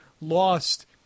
lost